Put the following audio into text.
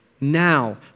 now